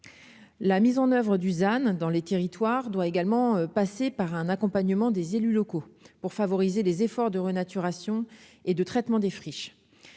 la mise en oeuvre, Dusan dans les territoires doit également passer par un accompagnement des élus locaux pour favoriser les efforts de renaturation et de traitement des friches,